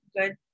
good